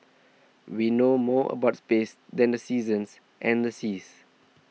we know more about space than the seasons and the seas